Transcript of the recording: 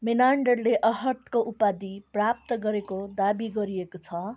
मेनान्डरले अर्हतको उपाधि प्राप्त गरेको दाबी गरिएको छ